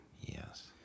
Yes